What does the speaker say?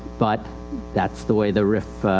but thatis the way the rif, ah,